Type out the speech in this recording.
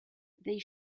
they